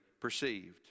perceived